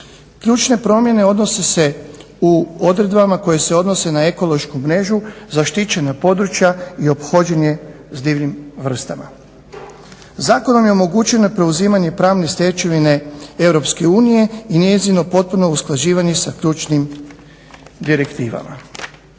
Ključne promjene odnose se u odredbama koje se odnose na ekološku mrežu zaštićena područja i ophođenje s divljim vrstama. Zakonom je omogućeno i preuzimanje pravne stečevine EU i njezino potpuno usklađivanje sa ključnim direktivama.